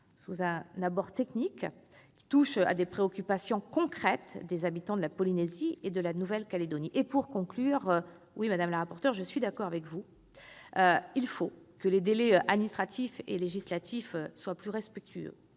sous un abord technique, touche à des préoccupations concrètes des habitants de Polynésie et de la Nouvelle-Calédonie. Madame la rapporteur, je suis d'accord avec vous : il faut que les délais administratifs et législatifs soient plus respectueux